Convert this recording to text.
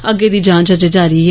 अग्गें दी जांच अजे जारी ऐ